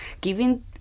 giving